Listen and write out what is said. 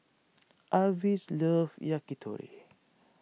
Avis loves Yakitori